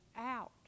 out